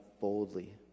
boldly